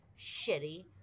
shitty